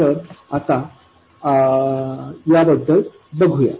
तर आता याबद्दल बघूया